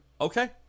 Okay